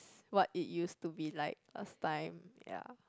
s~ what it used to be like last time ya